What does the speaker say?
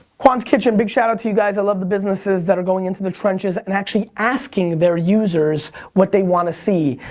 kwan's kitchen, big should out to you guys. i love the businesses that are going into the trenches and actually asking their users what they want to see.